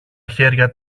χέρια